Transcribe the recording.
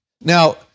Now